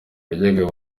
yajyaga